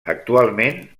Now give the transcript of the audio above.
actualment